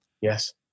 Yes